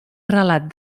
relat